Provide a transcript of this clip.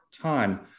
time